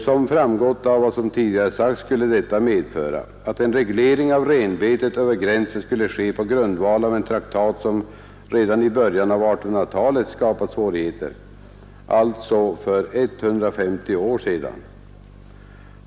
Som framgått av vad som tidigare sagts skulle detta medföra att en reglering av renbetet över gränsen skulle ske på grundval av en traktat som skapat svårigheter redan i början av 1800-talet — alltså för 150 år sedan.